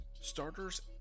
starters